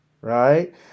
right